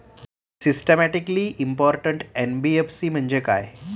Systematically important NBFC म्हणजे काय?